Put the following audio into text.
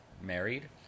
married